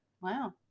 Wow